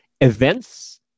events